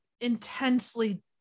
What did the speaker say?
intensely